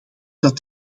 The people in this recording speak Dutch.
dat